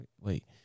Wait